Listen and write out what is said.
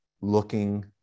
looking